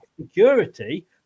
security